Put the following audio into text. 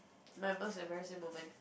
my most embarrassing moment